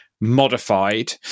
modified